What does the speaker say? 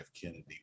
Kennedy